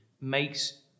makes